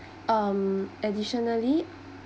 um additionally